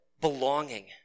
belonging